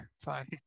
fine